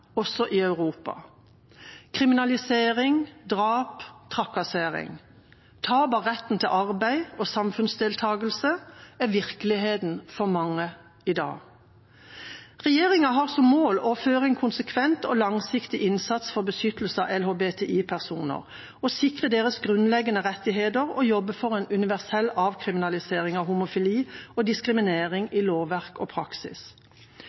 også i Europa. Kriminalisering, drap, trakassering, tap av retten til arbeid og samfunnsdeltakelse er virkeligheten for mange i dag. Regjeringa har som mål å føre en konsekvent og langsiktig innsats for beskyttelse av LHBTI-personer, sikre deres grunnleggende rettigheter og jobbe for en universell avkriminalisering av homofili og mot diskriminering i lovverk og praksis.